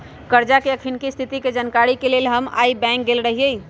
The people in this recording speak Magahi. करजा के अखनीके स्थिति के जानकारी के लेल हम आइ बैंक गेल रहि